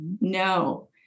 No